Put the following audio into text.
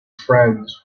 friends